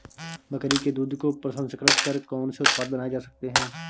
बकरी के दूध को प्रसंस्कृत कर कौन से उत्पाद बनाए जा सकते हैं?